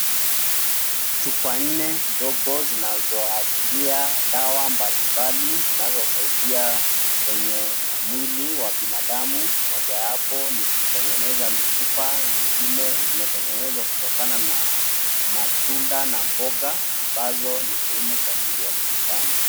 Chupa nne ndogo zinazoashiria dawa mbalimbali zinazosaidia kwenye mwili wa binadamu. Moja wapo ni kutengeneza mifupa, zingine zimetengenezwa kutokana na matunda na mboga ambazo ni muhimu kwa mwili wa binadamu.